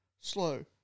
slow